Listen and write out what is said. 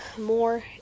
more